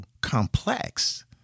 complex